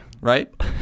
Right